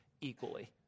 equally